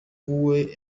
uwe